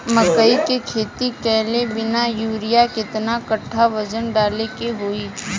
मकई के खेती कैले बनी यूरिया केतना कट्ठावजन डाले के होई?